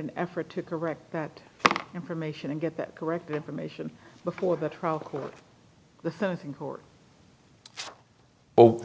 an effort to correct that information and get that correct information before the trial court the court